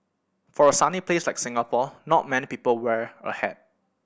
for a sunny place like Singapore not many people wear a hat